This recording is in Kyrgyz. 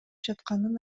жатканын